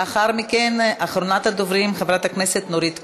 לאחר מכן, אחרונת הדוברים, חברת הכנסת נורית קורן.